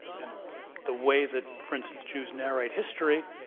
and the way that for instance, jews narrate history,